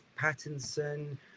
Pattinson